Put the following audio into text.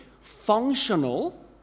functional